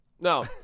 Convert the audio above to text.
no